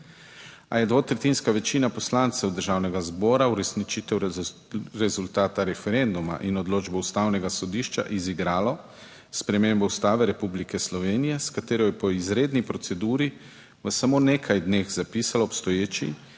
a je dvotretjinska večina poslancev Državnega zbora uresničitev rezultata referenduma in odločbo ustavnega sodišča izigralo spremembo Ustave Republike Slovenije, s katero je po izredni proceduri v samo nekaj dneh zapisalo obstoječi,